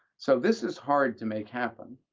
so this is hard to make happen.